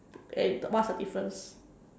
what's the difference